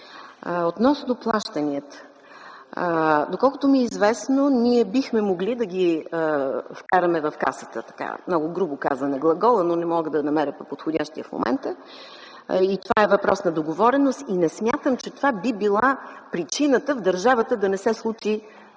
Относно плащанията. Доколкото ми е известно ние бихме могли да ги вкараме в Касата, така много грубо казан е глаголът, но не мога да намеря по-подходящия в момента. Това е въпрос на договореност и не смятам, че това би била причината в държавата да не се случи